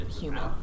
human